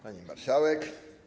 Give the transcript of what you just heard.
Pani Marszałek!